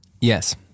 Yes